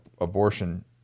abortion